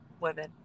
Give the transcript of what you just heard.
women